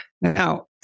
Now